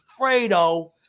Fredo